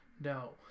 No